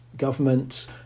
governments